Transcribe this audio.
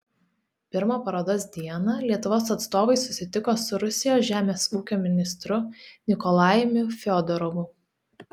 pirmą parodos dieną lietuvos atstovai susitiko su rusijos žemės ūkio ministru nikolajumi fiodorovu